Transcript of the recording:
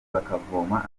bakavoma